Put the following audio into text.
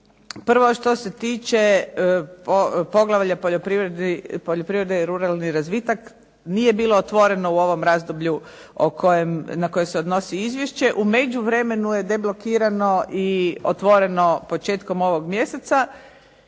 Prvo, što se tiče poglavlja – Poljoprivreda i ruralni razvitak nije bilo otvoreno u ovom razdoblju na koje se odnosi izvješće. U međuvremenu je deblokirano i otvoreno početkom ovog mjesta.